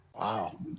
Wow